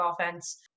offense